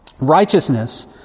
Righteousness